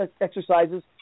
exercises